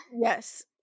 Yes